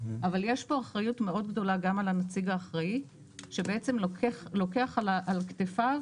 יש כאן אחריות מאוד גדולה גם על הנציג האחראי שבעצם לוקח על כתפיו